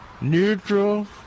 neutral